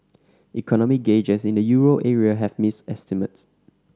economic gauges in the euro area have missed estimates